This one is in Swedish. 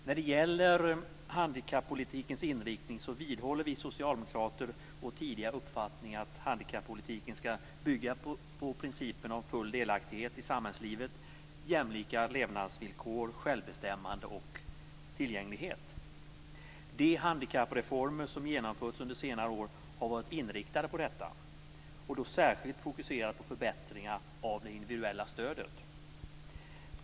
När det gäller handikappolitikens inriktning vidhåller vi socialdemokrater vår tidigare uppfattning att handikappolitiken skall bygga på principerna om full delaktighet i samhällslivet, jämlika levnadsvillkor, självbestämmande och tillgänglighet. De handikappreformer som har genomförts under senare år har varit inriktade på detta, och de har särskilt fokuserat på förbättringar av det individuella stödet.